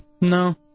No